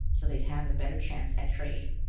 so they'd have a better chance at trade.